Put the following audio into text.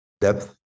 depth